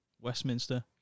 Westminster